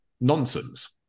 nonsense